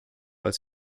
als